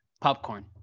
Popcorn